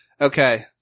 Okay